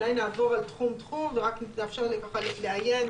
אולי נעבור תחום-תחום ורק לאפשר חלק לעיין,